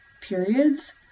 periods